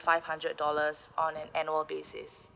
five hundred dollars on an annual basis